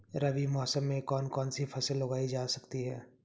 रबी मौसम में कौन कौनसी फसल उगाई जा सकती है?